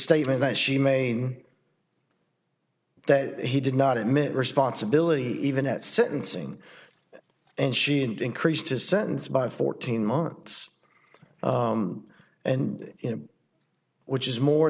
statement that she main that he did not admit responsibility even at sentencing and she increased his sentence by fourteen months and you know which is more